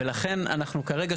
ולכן אנחנו כרגע,